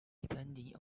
depending